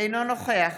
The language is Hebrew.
אינו נוכח